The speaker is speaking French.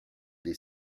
des